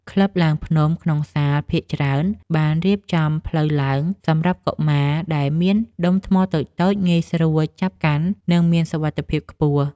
ក្លឹបឡើងភ្នំក្នុងសាលភាគច្រើនបានរៀបចំផ្លូវឡើងសម្រាប់កុមារ ដែលមានដុំថ្មតូចៗងាយស្រួលចាប់កាន់ និងមានសុវត្ថិភាពខ្ពស់។